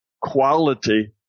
quality